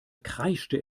kreischte